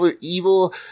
evil